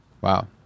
Wow